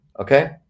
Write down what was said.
Okay